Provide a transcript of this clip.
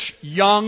young